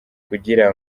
kugira